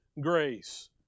grace